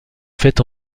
fait